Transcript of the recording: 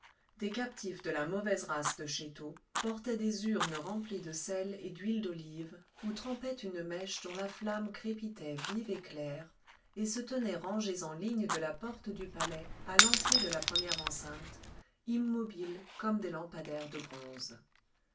des captifs de la mauvaise race de schéto portaient des urnes remplies de sel et d'huile d'olive où trempait une mèche dont la flamme crépitait vive et claire et se tenaient rangés en ligne de la porte du palais à l'entrée de la première enceinte immobiles comme des lampadaires de bronze